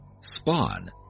spawn